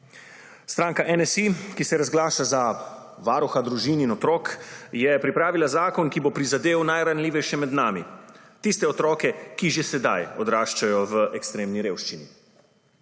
Stranka NSi, ki se razglaša za varuha družin in otrok, je pripravila zakon, ki bo prizadel najranljivejše med nami – tiste otroke, ki že sedaj odraščajo v ekstremni revščini.